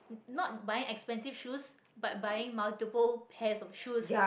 not buying expensive shoes but buying multiple pairs of shoes